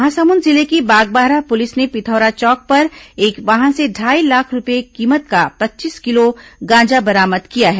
महासमुंद जिले की बागबाहरा पुलिस ने पिथौरा चौक पर एक वाहन से ढाई लाख रूपये कीमत का पच्चीस किलो गांजा बरामद किया है